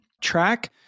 track